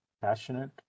passionate